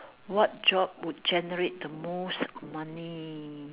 what job would generate the most money